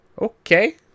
Okay